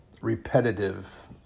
repetitive